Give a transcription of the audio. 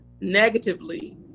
negatively